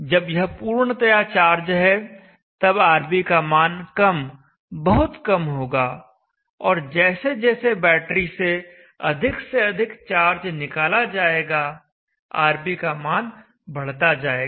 जब यह पूर्णतया चार्ज है तब RB का मान कम बहुत कम होगा और जैसे जैसे बैटरी से अधिक से अधिक चार्ज निकाला जाएगा RB का मान बढ़ता जाएगा